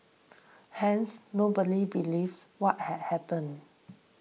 hence nobody believes what had happened